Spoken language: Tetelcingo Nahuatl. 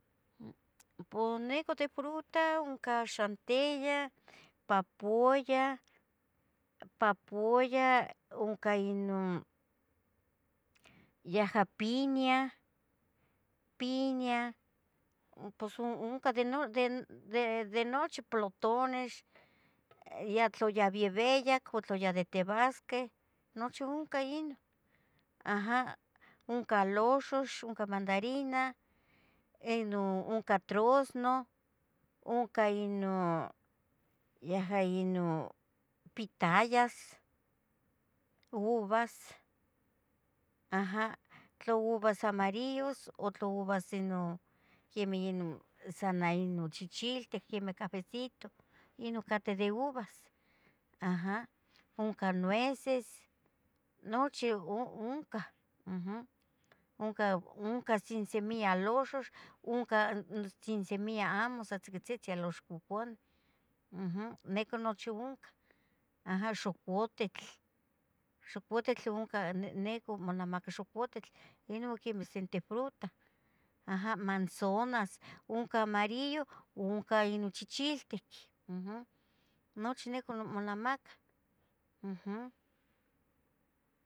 Pos nicu de fruta, uncah xantia, papuaya, papuaya, ca ino yaha piña, piña, pos oncah de no de nochi, plotonex, ya tlu ya bibeyac u ya de tetabasqueh, nochi oncah ino, aha oncah aloxox, oncah mandarina, ino oncah troznoh, oncah ino yaha ino pitayas, uvas, aha, tla uvas amarillas, u tla uvas ino quemeh ino sama ino chichiltic quemeh cafecito, ino cateh de uvas, aha, oncah nueces, nochi oncah, uhm, oncah, oncah sin semilla aloxox, oncah sin semilla amo san tzocotziztin aloxox coconeh, uhm, nicu nochi oncah, aha, xocotitl, xocotitl oncah, nicu monamaca xocotitl, ino quemeh senteh fruta, aha, manzonas, oncah amoarillo ua oncah ino chichiltic, uhm, nochi nicu monamacah, uhm.